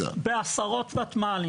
בעשרות ותמ"לים,